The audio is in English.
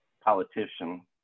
politician